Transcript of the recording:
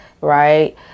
right